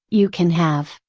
you can have,